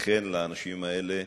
אכן, לאנשים האלה